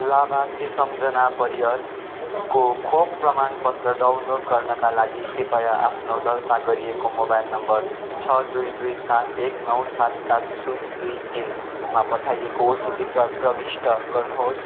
लाभार्थी सम्झना परियारको खोप प्रमाणपत्र डाउनलोड गर्नाका लागि कृपया आफ्नो दर्ता गरिएको मोबाइल नम्बर छ दुई दुई सात एक नौ सात सात शुन दुई तिनमा पठाइएको ओटिपी प्रविष्ट गर्नुहोस्